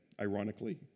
ironically